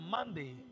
Monday